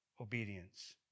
obedience